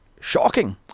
shocking